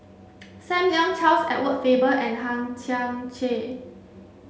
Sam Leong Charles Edward Faber and Hang Chang Chieh